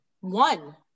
One